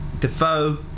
Defoe